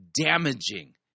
damaging